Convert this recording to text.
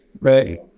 right